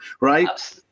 right